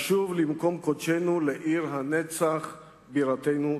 לשוב למקום קודשנו, לעיר הנצח, בירתנו תמיד.